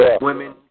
women